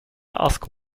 ask